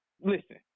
Listen